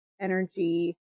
energy